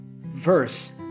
verse